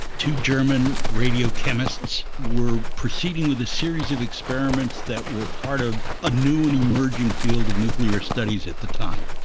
two german radio chemists were proceeding with a series of experiments that were part of a new and emerging field of nuclear studies at the time.